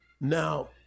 Now